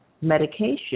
medication